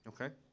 Okay